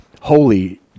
holy